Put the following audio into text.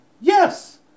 Yes